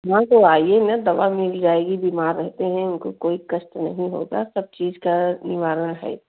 नहीं तो आइए ना दवा मिल जाएगी बीमार रहते हैं उनको कोई कष्ट नहीं होगा सब चीज़ का निवारण है